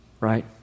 right